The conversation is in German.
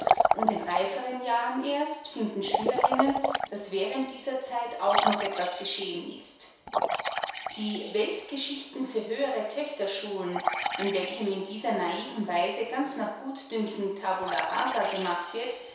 und in reiferen jahren erst finden schülerinnen daß während dieser zeit auch noch etwas geschehen ist die weltgeschichten für höhere töchterschulen in welchen in dieser naiven weise ganz nach gutdünken tabula rasa gemacht wird